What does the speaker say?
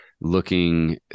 looking